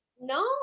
no